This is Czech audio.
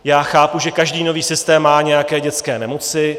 Já chápu, že každý nový systém má nějaké dětské nemoci.